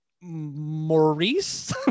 Maurice